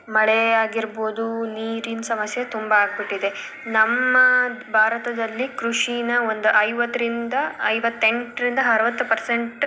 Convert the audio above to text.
ಮಳೆ ಆಗಿರ್ಬೌದು ನೀರಿನ ಸಮಸ್ಯೆ ತುಂಬ ಆಗಿಬಿಟ್ಟಿದೆ ನಮ್ಮ ಭಾರತದಲ್ಲಿ ಕೃಷಿನ ಒಂದು ಐವತ್ತರಿಂದ ಐವತ್ತೆಂಟರಿಂದ ಅರುವತ್ತು ಪರ್ಸೆಂಟ್